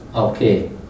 Okay